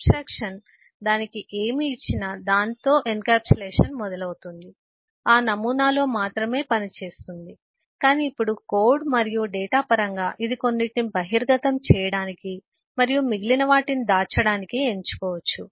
abstraction దానికి ఏమి ఇచ్చిందో దానితో ఎన్క్యాప్సులేషన్ మొదలవుతుంది ఆ నమూనాలో మాత్రమే పనిచేస్తుంది కానీ ఇప్పుడు కోడ్ మరియు డేటా పరంగా ఇది కొన్నింటిని బహిర్గతం చేయడానికి మరియు మిగిలిన వాటిని దాచడానికి ఎంచుకోవచ్చు